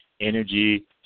energy